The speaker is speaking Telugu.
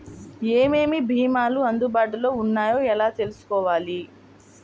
ఏమేమి భీమాలు అందుబాటులో వున్నాయో ఎలా తెలుసుకోవాలి?